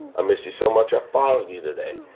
i missed you so much i followed you today.